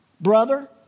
brother